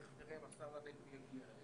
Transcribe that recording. תכף נראה אם השר הנגבי יגיע.